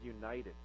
united